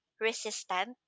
resistant